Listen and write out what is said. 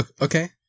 okay